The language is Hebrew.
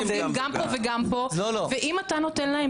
הם עובדים גם פה וגם פה ואם אתה נותן להם